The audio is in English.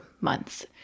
months